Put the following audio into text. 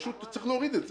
צריך להוריד את זה.